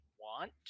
want